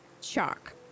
shock